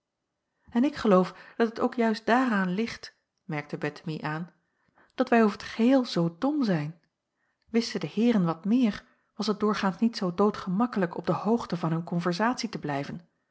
en ik geloof dat het ook juist daaraan ligt merkte bettemie aan dat wij over t geheel zoo dom zijn wisten de heeren wat meer was het doorgaans niet zoo doodgemakkelijk op de hoogte van hun konversatie te blijven